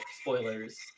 spoilers